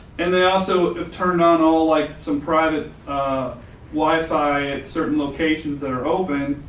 and they also have turned on all like some private wi fi at certain locations that are open,